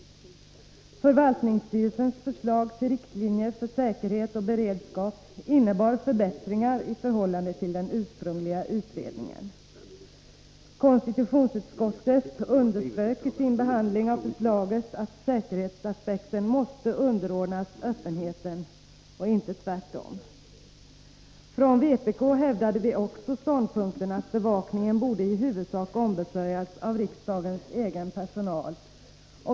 Förvaltningsstyrelsens förslag till riktlinjer för säkerhet och beredskap innebar förbättringar i förhållande till den ursprungliga utredningen. Konstitutionsutskottet underströk i sin behandling av förslaget att säkerhetsaspekten måste underordnas öppenheten och inte tvärtom. Från vpk hävdade vi också ståndpunkten att bevakningen borde i huvudsak ombesörjas av riksdagens personal.